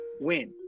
win